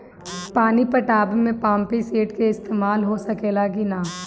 पानी पटावे ल पामपी सेट के ईसतमाल हो सकेला कि ना?